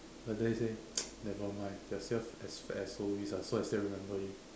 and then he said nevermind you're still as fat as always ah so I still remember you